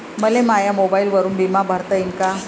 मले माया मोबाईलवरून बिमा भरता येईन का?